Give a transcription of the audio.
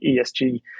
ESG